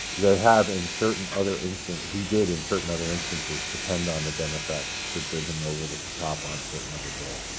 they have in certain other he did in certain other instances depend on the democrats to bring him over the top on certain other bills.